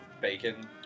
bacon